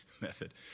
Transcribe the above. method